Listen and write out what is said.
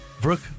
Brooke